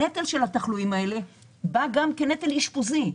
הנטל של התחלואים הללו בא גם כנטל אשפוזי.